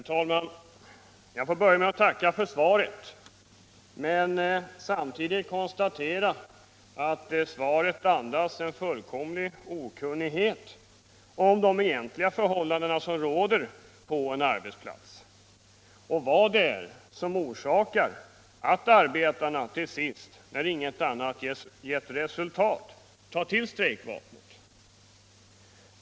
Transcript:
Herr talman! Jag får börja med att tacka för svaret, men konstaterar samtidigt att det andas en fullständig okunnighet om de egentliga förhållandena på en arbetsplats och om vad det är som orsakar att arbetarna till sist, när ingenting annat ger resultat, tar till strejkvapnet.